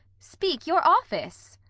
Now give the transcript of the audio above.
speak your office.